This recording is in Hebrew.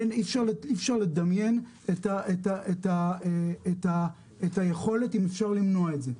אי אפשר לדמיין את היכולת אם אפשר למנוע את זה.